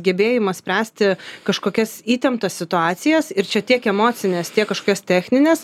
gebėjimas spręsti kažkokias įtemptas situacijas ir čia tiek emocines tiek kažkokias technines